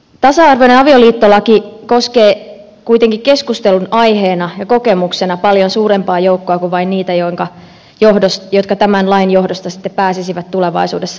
tasa arvoinen avioliittolaki koskee kuitenkin keskustelunaiheena ja kokemuksena paljon suurempaa joukkoa kuin vain niitä jotka tämän lain johdosta sitten pääsisivät tulevaisuudessa naimisiin